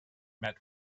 met